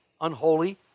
unholy